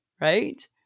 right